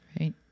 Right